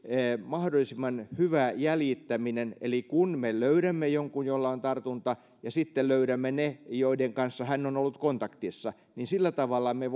mahdollisimman hyvä jäljittäminen eli kun me löydämme jonkun jolla on tartunta ja sitten löydämme ne joiden kanssa hän on ollut kontaktissa niin sillä tavalla me